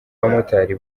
abamotari